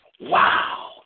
Wow